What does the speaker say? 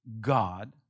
God